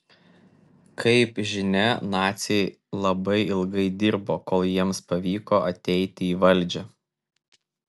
kaip žinia naciai labai ilgai dirbo kol jiems pavyko ateiti į valdžią